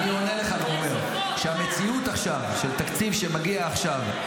אני עונה לך ואומר: כשהמציאות של תקציב שמגיע עכשיו,